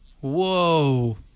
whoa